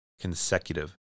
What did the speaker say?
consecutive